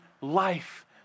life